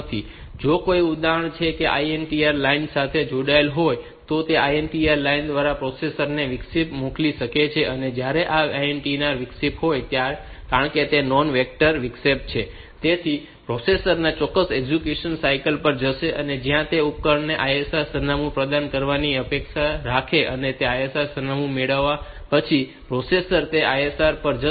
તેથી જો કોઈ ઉપકરણ કે જે આ INTR લાઇન સાથે જોડાયેલ હોય તો તે આ INTR લાઇન દ્વારા પ્રોસેસર ને વિક્ષેપ મોકલી શકે છે અને જ્યારે આ INTR વિક્ષેપ આવે છે ત્યારે કારણ કે તે નોન વેક્ટર વિક્ષેપ છે તેથી પ્રોસેસર ચોક્કસ એક્ઝેક્યુશન સાયકલ પર જશે જ્યાં તે ઉપકરણને તેને ISR સરનામું પ્રદાન કરવાની અપેક્ષા રાખશે અને તે ISR સરનામું મેળવ્યા પછી પ્રોસેસર તે ISR પર જશે